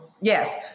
Yes